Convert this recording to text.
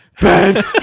Ben